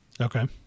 Okay